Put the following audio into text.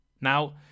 Now